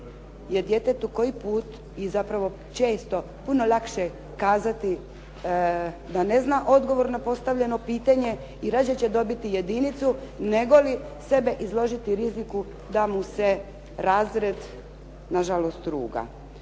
je djetetu koji put i zapravo često puno lakše kazati da ne zna odgovor na postavljeno pitanje i rađe će dobiti jedinicu negoli sebe izložiti riziku da mu se razred na žalost ruga.